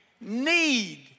need